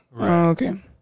okay